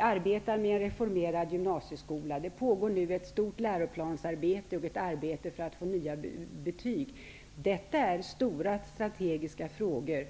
arbetar vi med en reformerad gymnasieskola. Det pågår nu ett stort läroplansarbete och ett arbete för att få nya betyg. Detta är stora strategiska frågor.